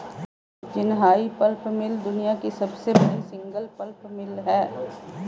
Jinhai pulp mill दुनिया की सबसे बड़ी सिंगल लाइन पल्प मिल है